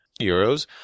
euros